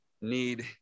need